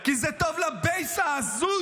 כי זה טוב לבייס ההזוי.